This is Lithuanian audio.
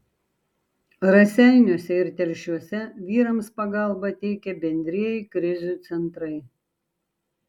raseiniuose ir telšiuose vyrams pagalbą teikia bendrieji krizių centrai